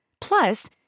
Plus